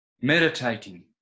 meditating